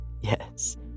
Yes